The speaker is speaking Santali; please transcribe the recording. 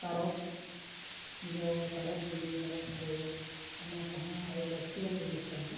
ᱛᱟᱨᱚᱵ ᱡᱚ ᱛᱟᱨᱚᱵ ᱵᱤᱞᱤ ᱛᱟᱨᱚᱵ ᱫᱟᱨᱮ ᱚᱱᱟ ᱠᱚᱦᱚᱸ ᱟᱹᱰᱤ ᱞᱟᱹᱠᱛᱤᱭᱟᱱ ᱡᱤᱱᱤᱥ ᱠᱟᱱᱟ